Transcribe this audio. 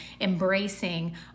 embracing